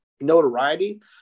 notoriety